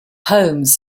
homes